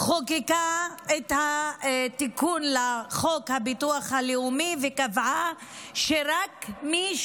חוקקה את התיקון לחוק הביטוח הלאומי וקבעה שרק מי